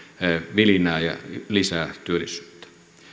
vilinää ja lisää työllisyyttä